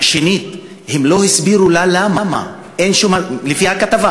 שנית, הם לא הסבירו לה למה, לפי הכתבה